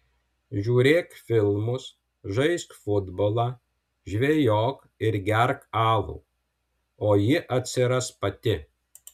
žiūrėk filmus žaisk futbolą žvejok ir gerk alų o ji atsiras pati